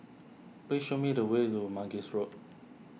please show me the way to Mangis Road